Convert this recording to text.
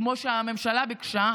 כמו שהממשלה ביקשה,